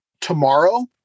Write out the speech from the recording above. tomorrow